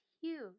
huge